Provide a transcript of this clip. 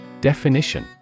Definition